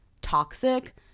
toxic